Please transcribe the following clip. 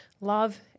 Love